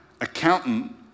accountant